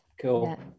cool